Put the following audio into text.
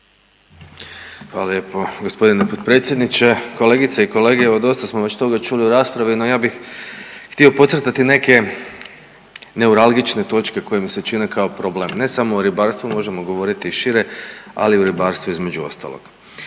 Hvala lijepo g. potpredsjedniče. Kolegice i kolege, evo dosta smo već toga čuli u raspravi, no ja bih htio podcrtati neke neuralgične točke koje mi se čine kao problem, ne samo u ribarstvu, možemo govoriti i šire, ali u ribarstvu između ostalog.